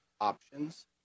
options